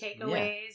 takeaways